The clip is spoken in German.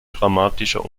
dramatischer